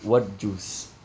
what juice